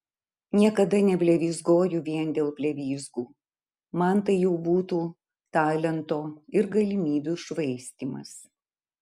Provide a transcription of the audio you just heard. niekada neblevyzgoju vien dėl blevyzgų man tai jau būtų talento ir galimybių švaistymas